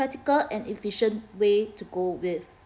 practical and efficient way to go with